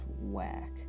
whack